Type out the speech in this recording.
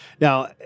now